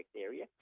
area